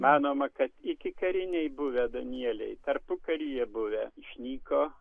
manoma kad ikikariniai buvę danieliai tarpukaryje buvę išnyko